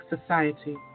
society